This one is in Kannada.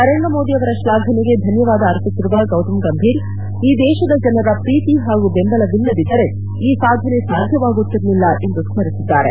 ನರೇಂದ್ರಮೋದಿ ಅವರ ತ್ಲಾಘನೆಗೆ ಧನ್ವವಾದ ಅರ್ಪಿಸಿರುವ ಗೌತಮ್ ಗಂಭೀರ್ ಈ ದೇಶದ ಜನರ ಪ್ರೀತಿ ಹಾಗು ಬೆಂಬಲವಿಲ್ಲದಿದ್ದರೆ ಈ ಸಾಧನೆ ಸಾಧ್ಯವಾಗುತ್ತಿರಲಿಲ್ಲ ಎಂದು ಸ್ನರಿಸಿದ್ದಾರೆ